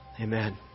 Amen